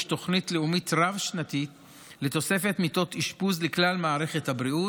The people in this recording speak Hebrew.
תוכנית לאומית רב-שנתית לתוספת מיטות אשפוז לכלל מערכת הבריאות,